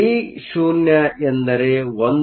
V0 ಎಂದರೆ 1